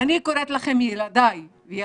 אני קוראת לכם ילדיי וילדותיי,